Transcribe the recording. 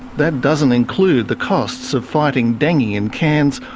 that doesn't include the costs of fighting dengue in cairns,